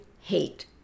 hate